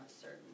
certain